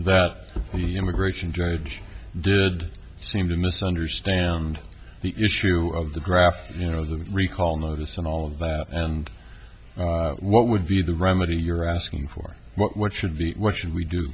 that the immigration judge did seem to misunderstand the issue of the graf you know the recall notice and all of that and what would be the remedy you're asking for what should be what should we do